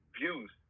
views